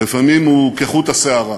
ולפעמים הוא כחוט השערה,